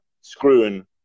screwing